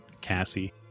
Cassie